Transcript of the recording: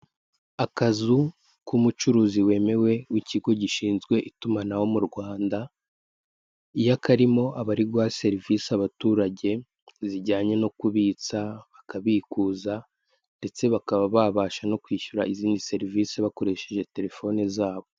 Akazu k'umucuruzi wemewe w'ikigo gishinzwe itumanaho mu Rwanda, iyo karimo abari guha serivisi abaturage zijyanye no kubitsa, bakabikuza ndetse bakaba babasha no kwishyura izindi serivisi bakoresheje telefone zabo.